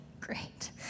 great